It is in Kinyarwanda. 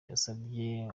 yasabye